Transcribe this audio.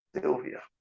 Sylvia